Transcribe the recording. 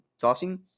tossing